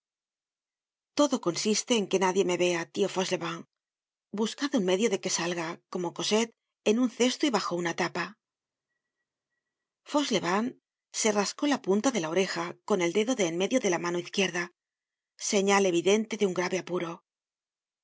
todo consiste en que nadie me vea lio fauchelevent buscad un medio de que salga como cosette en un cesto y bajo una tapa fauchelevent se rascó la punta de la oreja con el dedo de en medio de la mano izquierda señal evidente de un grave apuro se